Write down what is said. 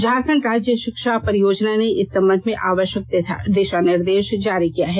झारखंड राज्य षिक्षा परियोजना ने इस संबंध में आवष्यक दिषा निर्देश जारी किया है